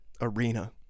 arena